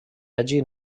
hagi